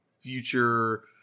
future